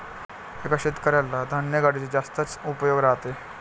एका शेतकऱ्याला धान्य गाडीचे जास्तच उपयोग राहते